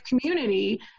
community